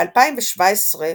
ב־2017,